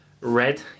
red